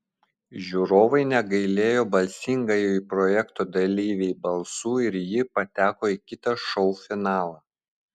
žiūrovai negailėjo balsingajai projekto dalyvei balsų ir ji pateko į kitą šou finalą